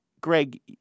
Greg